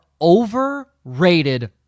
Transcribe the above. overrated